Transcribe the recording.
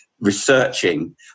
researching